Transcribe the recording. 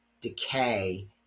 decay